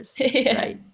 right